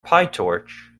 pytorch